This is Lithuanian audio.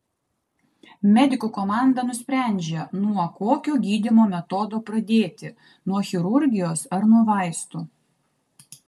medikų komanda nusprendžia nuo kokio gydymo metodo pradėti nuo chirurgijos ar nuo vaistų